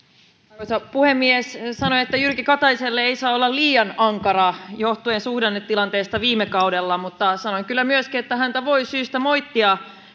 arvoisa puhemies sanoin että jyrki kataiselle ei saa olla liian ankara johtuen suhdannetilanteesta viime kaudella mutta sanoin kyllä myöskin että häntä voi syystä moittia